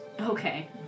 Okay